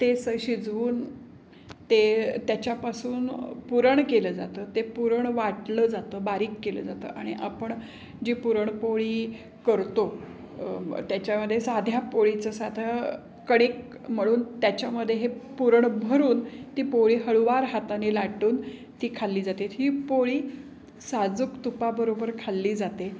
ते स शिजवून ते त्याच्यापासून पुरण केलं जातं ते पुरण वाटलं जातं बारीक केलं जातं आणि आपण जी पुरणपोळी करतो त्याच्यामध्ये साध्या पोळीचं साधं कणिक मळून त्याच्यामध्ये हे पुरण भरून ती पोळी हळूवार हाताने लाटून ती खाल्ली जाते ही पोळी साजूक तुपाबरोबर खाल्ली जाते